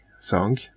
song